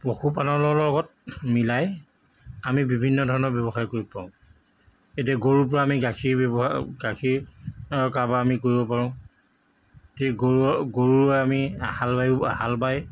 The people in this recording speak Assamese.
পশুপালনৰ লগত মিলাই আমি বিভিন্ন ধৰণৰ ব্যৱসায় কৰিব পাৰো এতিয়া গৰুৰ পৰা আমি গাখীৰ ব্যৱ গাখীৰ কাম আমি কৰিব পাৰো ঠিক গৰু গৰুৰে আমি হাল বায়ো হাল বায়